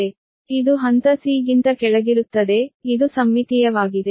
ಆದ್ದರಿಂದ ಇದು ಹಂತ c ಗಿಂತ ಕೆಳಗಿರುತ್ತದೆ ಆದ್ದರಿಂದ ಇದು ಸಮ್ಮಿತೀಯವಾಗಿದೆ